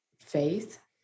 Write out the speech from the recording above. faith